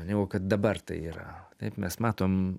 negu kad dabar tai yra taip mes matom